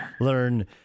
learn